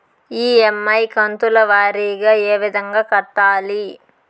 EMI కంతుల వారీగా ఏ విధంగా కట్టాలి